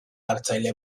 hartzaile